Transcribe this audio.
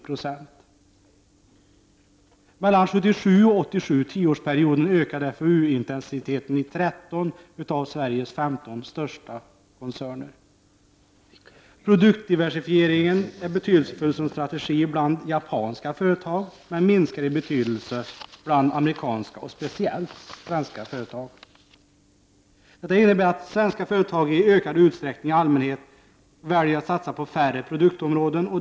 Under tioårsperioden mellan 1977 och 1987 ökade FoU-intensiteten i 13 av Sveriges 15 största koncerner. Produktdiversifieringen är betydelsefull som strategi bland japanska företag, men minskar i betydelse bland amerikanska och speciellt svenska företag. Detta innebär att svenska företag i ökad utsträckning i allmänhet väljer att satsa på färre produktområden.